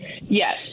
Yes